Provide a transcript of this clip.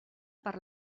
per